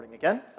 Again